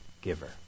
giver